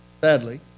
sadly